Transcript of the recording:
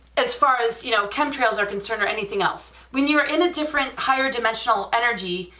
as far as you know chemtrails are concerned or anything else, when you're in a different higher dimensional energy,